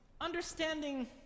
understanding